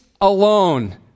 alone